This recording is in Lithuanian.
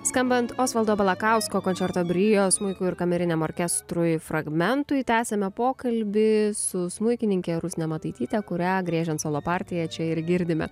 skambant osvaldo balakausko končerto brio smuikui ir kameriniam orkestrui fragmentui tęsiame pokalbį su smuikininke rusne mataityte kurią griežiant solo partiją čia ir girdime